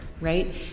right